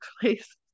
place